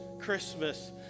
Christmas